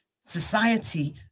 society